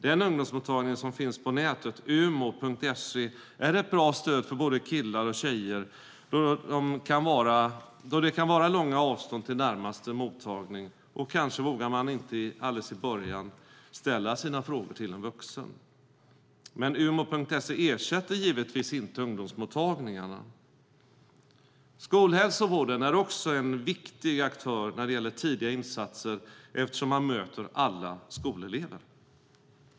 Den ungdomsmottagning som finns på nätet, umo.se, är ett bra stöd för både killar och tjejer eftersom det kan vara långa avstånd till närmaste mottagning, och kanske vågar man i början inte ställa sina frågor till en vuxen. Men umo.se ersätter givetvis inte ungdomsmottagningarna. Skolhälsovården är också en viktig aktör när det gäller tidiga insatser eftersom man möter alla skolelever.